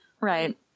Right